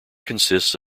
consists